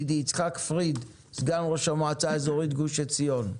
יצחק פריד, סגן ראש המועצה האזורית גוש עציון.